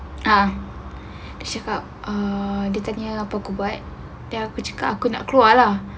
ah dia cakap err dia tanya apa aku buat then aku cakap aku nak keluar lah